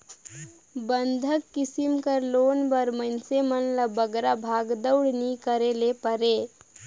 बंधक किसिम कर लोन बर मइनसे मन ल बगरा भागदउड़ नी करे ले परे